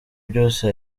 byose